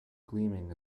gleaming